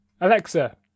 Alexa